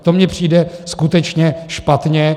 To mně přijde skutečně špatně.